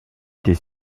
était